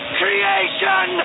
creation